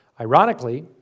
Ironically